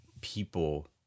people